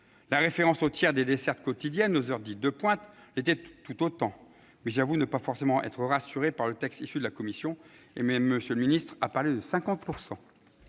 La référence au tiers des dessertes quotidiennes aux heures dites « de pointe » l'était tout autant, mais j'avoue ne pas forcément être rassuré par le texte issu de la commission. Et M. le secrétaire d'État a parlé de 50